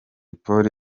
polly